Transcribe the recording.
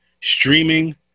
Streaming